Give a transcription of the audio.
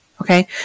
Okay